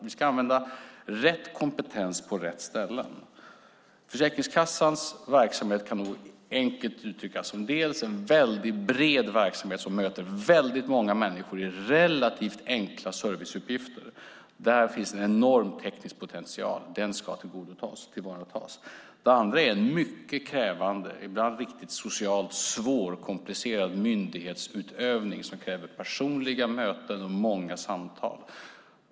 Man ska använda rätt kompetens på rätt ställe. Försäkringskassans verksamhet kan enkelt uttryckas som en väldigt bred verksamhet som möter många människor i relativt enkla serviceuppgifter. Där finns en enorm teknisk potential, den ska tillvaratas. Det andra är en mycket krävande, ibland socialt svår och komplicerad myndighetsutövning som kräver personliga möten och många samtal.